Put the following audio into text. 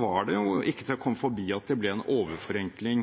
var det ikke til å komme forbi at det ble en overforenkling